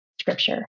scripture